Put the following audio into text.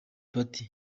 party